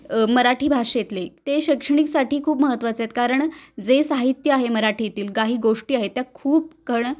मराठी भाषेतले ते शैक्षणिकसाठी खूप महत्त्वाचे आहेत कारण जे साहित्य आहे मराठीतील काही गोष्टी आहेत त्या खूप खणं